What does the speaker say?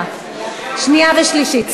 שנייה ושלישית.